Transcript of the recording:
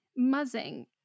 Muzzing